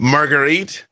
Marguerite